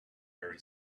very